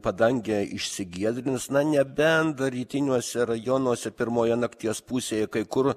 padangė išsigiedrins na nebent dar rytiniuose rajonuose pirmoje nakties pusėje kai kur